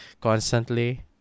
constantly